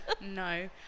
No